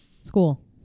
School